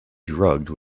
drugged